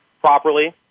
properly